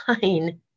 fine